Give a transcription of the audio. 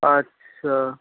আচ্ছা